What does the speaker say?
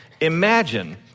imagine